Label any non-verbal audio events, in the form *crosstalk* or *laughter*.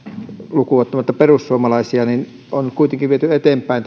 lukuun ottamatta perussuomalaisia on kuitenkin viety eteenpäin *unintelligible*